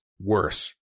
worse